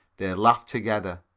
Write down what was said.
they laughed together.